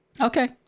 Okay